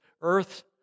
earth